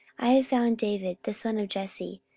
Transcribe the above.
i have found david the son of jesse,